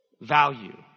value